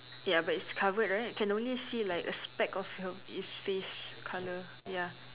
ya but it's covered right can only see like a speck of her his face colour ya